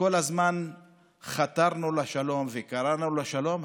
שכל הזמן חתרנו לשלום וקראנו לשלום,